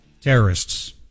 terrorists